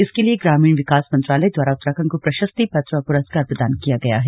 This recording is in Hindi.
इसके लिए ग्रामीण विकास मंत्रालय द्वारा उत्तराखंड को प्रशस्ति पत्र और पुरस्कार प्रदान किया गया है